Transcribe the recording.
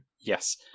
Yes